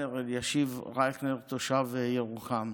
אלישיב רייכנר, תושב ירוחם.